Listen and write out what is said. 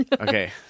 Okay